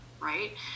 Right